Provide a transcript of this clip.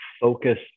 focus